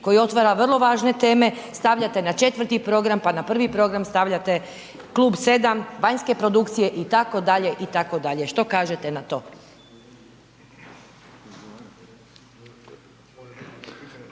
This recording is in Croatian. koji otvara vrlo važne teme stavljate na 4 program, pa na 1 program stavljate Klub 7, vanjske produkcije itd., itd. Što kažete na to?